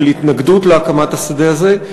של התנגדות להקמת השדה הזה.